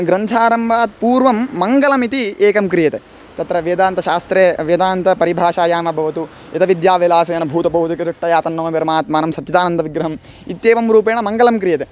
ग्रन्थारम्भात् पूर्वं मङ्गलम् इति एकं क्रियते तत्र वेदान्तशास्त्रे वेदान्तपरिभाषायां भवतु यत् विद्याविलासेन भूतभौतिकं रुष्टयातन्नोभिर्मा मानं सच्चिदानन्दविगृहम् इत्येवं रूपेण मङ्गलं क्रियते